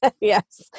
Yes